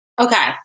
Okay